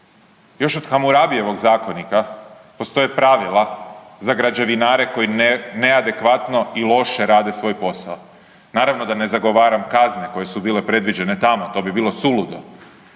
Još od Hamurabijevog zakonika postoje pravila za građevinare koji neadekvatno i loše rade svoj posao. Naravno da ne zagovaram kazne koje su bile predviđene tamo to bi bilo suludo,